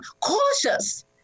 cautious